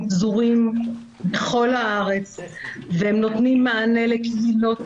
הם פזורים בכל הארץ והם נותנים מענה לקהילות